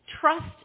Trust